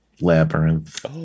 Labyrinth